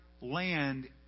land